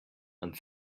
and